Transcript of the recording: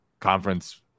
conference